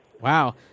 Wow